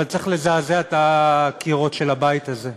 אבל צריך לזעזע את הקירות של הבית הזה,